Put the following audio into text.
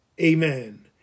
amen